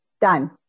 Done